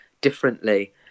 Differently